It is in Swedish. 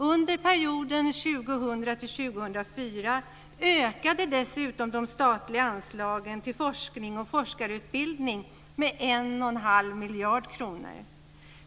Under perioden 2000-2004 ökade dessutom de statliga anslagen till forskning och forskarutbildning med en och en halv miljard kronor.